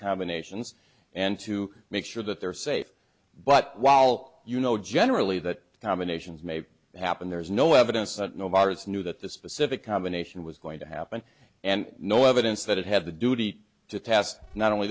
combinations and to make sure that they're safe but while you know generally that combinations may happen there's no evidence that nobody has knew that this specific combination was going to happen and no evidence that it had the duty to test not only